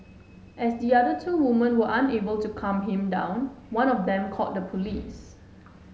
as the other two women were unable to calm him down one of them called the police